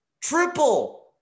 Triple